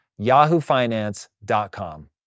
yahoofinance.com